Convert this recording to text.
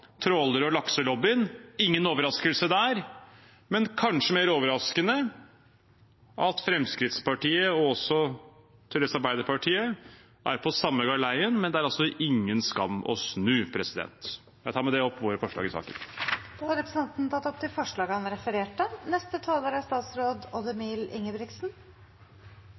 tråler- og lakselobbyen. Ingen overraskelse der, men kanskje mer overraskende er det at Fremskrittspartiet og til dels også Arbeiderpartiet er på samme galeien, men det er ingen skam å snu. Jeg tar med det opp våre forslag i saken. Representanten Bjørnar Moxnes har tatt opp de forslag han refererte